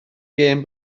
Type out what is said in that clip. gêm